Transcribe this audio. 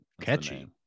catchy